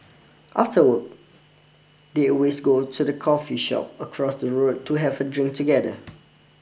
after work they always go to the coffee shop across the road to have a drink together